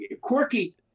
quirky